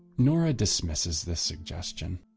nora dismisses this suggestion.